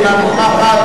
זעקת השבר שלך נשמעה מקצה,